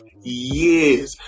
Years